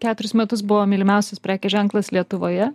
keturis metus buvo mylimiausias prekių ženklas lietuvoje